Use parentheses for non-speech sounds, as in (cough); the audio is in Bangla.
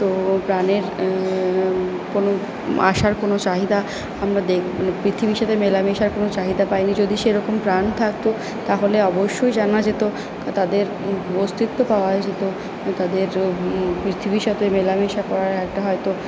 তো প্রাণের কোনো আসার কোনো চাহিদা আমরা (unintelligible) পৃথিবীর সাথে মেলামেশার কোনো চাহিদা পাই নি যদি সেরকম প্রাণ থাকতো তাহলে অবশ্যই জানা যেতো তাদের অস্তিত্ব পাওয়া যেতো তাদের পৃথিবীর সাথে মেলামেশা করার একটা হয়তো